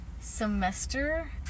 semester